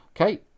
okay